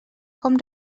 com